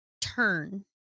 turn